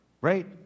right